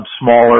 smaller